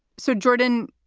so, jordan,